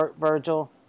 Virgil